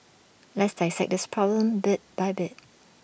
let's dissect this problem bit by bit